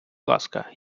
ласка